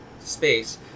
space